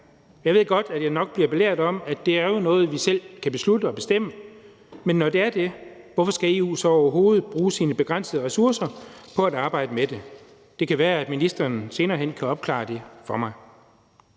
Jeg ved godt, at jeg nok bliver belært om, at det jo er noget, vi selv kan beslutte og bestemme, men når det er det, hvorfor skal EU så overhovedet bruge sine begrænsede ressourcer på at arbejde med det? Det kan være, at ministeren senere hen kan opklare det for mig.